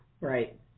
Right